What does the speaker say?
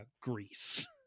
Greece